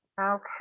Okay